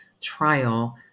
trial